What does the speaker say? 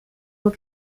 will